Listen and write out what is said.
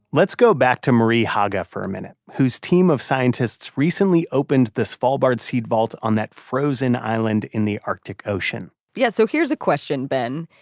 let's go back to marie haga for a minute, whose team of scientists recently opened the svalbard seed vault on that frozen island in the arctic ocean yeah. so here's a question, ben.